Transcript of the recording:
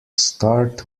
start